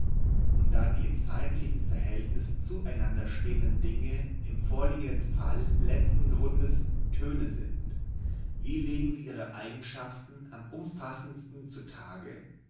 und da die im feindlichen verhältnis zu einander stehenden dinge im vorliegenden falle letzten grundes töne sind wie legen sie ihre eigenschaften am umfassendsten zu tage